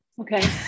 Okay